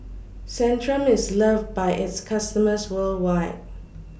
Centrum IS loved By its customers worldwide